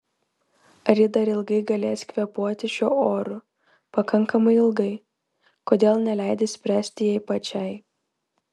ar ji dar ilgai galės kvėpuoti šiuo oru pakankamai ilgai kodėl neleidi spręsti jai pačiai